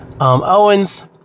Owens